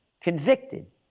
Convicted